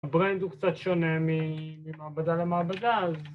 ‫הברנד הוא קצת שונה ממעבדה למעבדה, ‫אז...